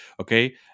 okay